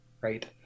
right